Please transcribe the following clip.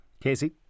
Casey